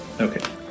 Okay